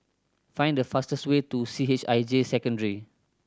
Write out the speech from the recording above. find the fastest way to C H I J Secondary